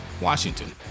Washington